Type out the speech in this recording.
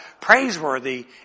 praiseworthy